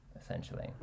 essentially